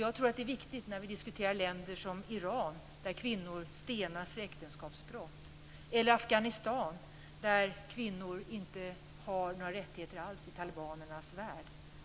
Jag tror att det är viktigt när vi diskuterar länder som Iran, där kvinnor stenas för äktenskapsbrott, eller Afghanistan, i talibanernas värld, där kvinnor inte har några rättigheter alls,